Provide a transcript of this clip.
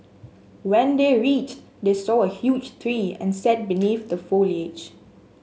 when they reached they saw a huge tree and sat beneath the foliage